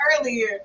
earlier